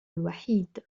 الوحيد